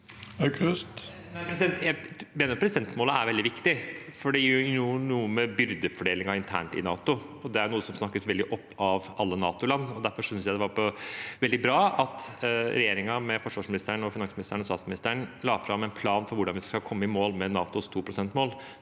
Jeg mener at pro- sentmålet er veldig viktig, for det gjør noe med byrdefordelingen internt i NATO. Det er noe som snakkes veldig opp av alle NATO-land. Derfor synes jeg det var veldig bra at regjeringen, med forsvarsministeren, finansministeren og statsministeren, la fram en plan for hvordan vi skal komme i mål med NATOs 2-prosentmål.